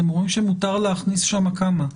מותר להכניס שם כמה?